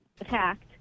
attacked